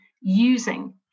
using